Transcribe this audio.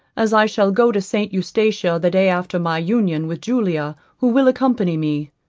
as i shall go to st. eustatia the day after my union with julia, who will accompany me.